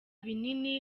binini